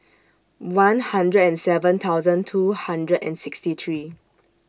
one hundred and seven thousand two hundred and sixty three